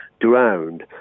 drowned